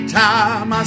time